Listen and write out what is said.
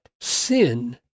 sin